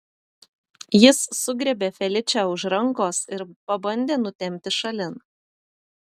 jis sugriebė feličę už rankos ir pabandė nutempti šalin